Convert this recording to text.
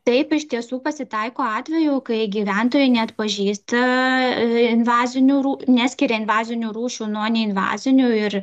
taip iš tiesų pasitaiko atvejų kai gyventojai neatpažįsta invazinių ru neskiria invazinių rūšių nuo neinvazinių ir